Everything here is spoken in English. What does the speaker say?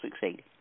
succeed